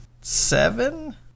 Seven